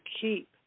keep